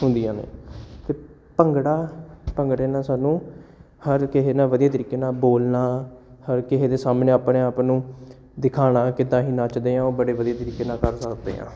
ਹੁੰਦੀਆਂ ਨੇ ਅਤੇ ਭੰਗੜਾ ਭੰਗੜੇ ਨਾਲ ਸਾਨੂੰ ਹਰ ਕਿਸੇ ਨਾਲ ਵਧੀਆ ਤਰੀਕੇ ਨਾਲ ਬੋਲਣਾ ਹਰ ਕਿਸੇ ਦੇ ਸਾਹਮਣੇ ਆਪਣੇ ਆਪ ਨੂੰ ਦਿਖਾਉਣਾ ਕਿੱਦਾਂ ਅਸੀਂ ਨੱਚਦੇ ਹਾਂ ਉਹ ਬੜੇ ਵਧੀਆ ਤਰੀਕੇ ਨਾਲ ਕਰ ਸਕਦੇ ਹਾਂ